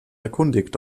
erkundigt